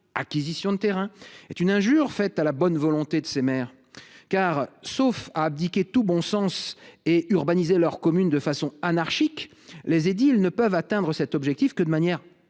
acquisition de terrains – est une injure faite à la bonne volonté de ces maires. En effet, sauf à abdiquer tout bon sens et à urbaniser leurs communes de façon anarchique, les édiles ne peuvent atteindre cet objectif que de manière